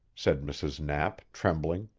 said mrs. knapp, trembling.